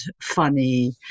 funny